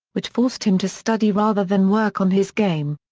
which forced him to study rather than work on his game.